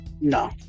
no